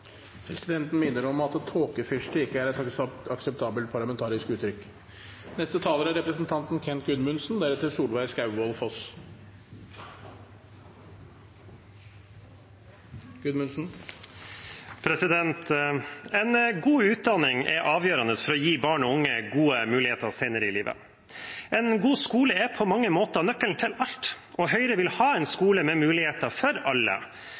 Presidenten minner om at «tåkefyrste» ikke er et akseptabelt parlamentarisk uttrykk. En god utdanning er avgjørende for å gi barn og unge gode muligheter senere i livet. En god skole er på mange måter nøkkelen til alt. Høyre vil ha en skole med muligheter for alle,